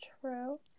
true